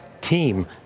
team